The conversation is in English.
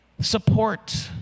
support